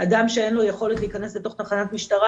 אדם שאין לו יכולת להיכנס לתוך תחנת משטרה,